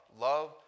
love